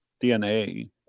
DNA